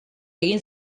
egin